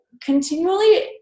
continually